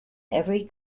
every